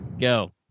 go